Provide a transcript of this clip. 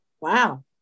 wow